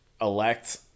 elect